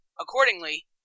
Accordingly